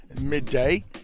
Midday